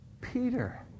Peter